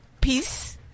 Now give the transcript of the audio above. Peace